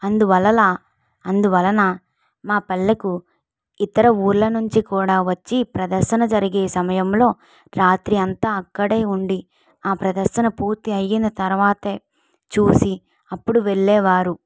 అందువలన అందువలన మా పల్లెకు ఇతర ఊర్ల నుంచి కూడా వచ్చి ప్రదర్శన జరిగే సమయంలో రాత్రంతా అక్కడే ఉండి ఆ ప్రదర్శన పూర్తి అయ్యిన తర్వాతే చూసి అప్పుడు వెళ్ళేవారు